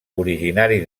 originari